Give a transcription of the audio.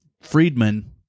Friedman